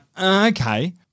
okay